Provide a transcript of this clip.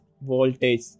voltage